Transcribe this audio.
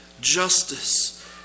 justice